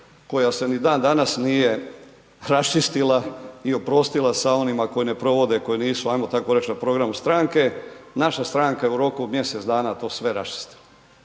koja se ni dan danas nije raščistila i oprostila sa onima koji ne provode, koji nisu ajmo tako reći na programu stranke, naša stranka je u roku od mjesec dana to sve raščistila